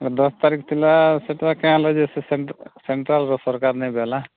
ଦଶ ତାରିଖ୍ ଥିଲା ସେଇଟା କା ହେଲା ଯେ ସେ ସେଣ୍ଟ୍ରା ସେଣ୍ଟ୍ରାଲର ସରକାର ନେଇ ବଇଲା